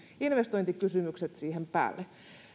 investointikysymykset siihen päälle